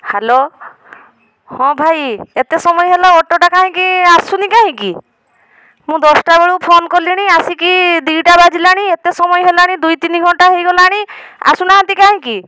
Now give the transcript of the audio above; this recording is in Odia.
ହେଲୋ ହଁ ଭାଇ ଏତେ ସମୟ ହେଲା ଅଟୋଟା କାହିଁକି ଆସୁନି କାହିଁକି ମୁଁ ଦଶଟା ବେଳୁ ଫୋନ୍ କଲିଣି ଆସିକି ଦି'ଟା ବାଜିଲାଣି ଏତେ ସମୟ ହେଲାଣି ଦୁଇ ତିନି ଘଣ୍ଟା ହୋଇଗଲାଣି ଆସୁନାହାନ୍ତି କାହିଁକି